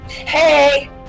Hey